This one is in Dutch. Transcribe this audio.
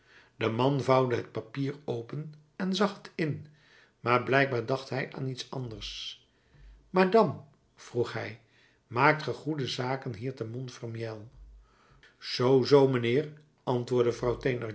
de man vouwde het papier open en zag het in maar blijkbaar dacht hij aan iets anders madame vroeg hij maakt ge goede zaken hier te montfermeil zoo zoo mijnheer antwoordde vrouw